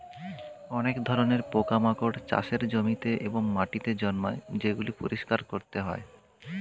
অনেক ধরণের পোকামাকড় চাষের জমিতে এবং মাটিতে জন্মায় যেগুলি পরিষ্কার করতে হয়